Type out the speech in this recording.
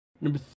Number